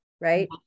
right